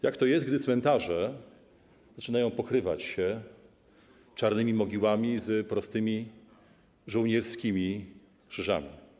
Jak to jest, gdy cmentarze zaczynają pokrywać się czarnymi mogiłami z prostymi żołnierskimi krzyżami?